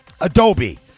Adobe